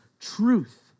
truth